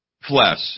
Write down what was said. Flesh